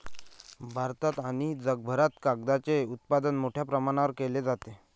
भारतात आणि जगभरात कागदाचे उत्पादन मोठ्या प्रमाणावर केले जाते